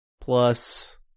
Plus